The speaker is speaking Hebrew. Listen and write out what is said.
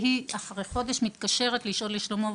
היא מתקשרת לשאול לשלומו,